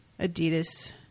Adidas